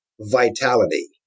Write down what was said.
vitality